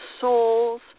souls